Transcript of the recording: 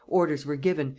orders were given,